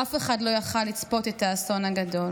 אף אחד לא יכול היה לצפות את האסון הגדול.